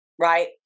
right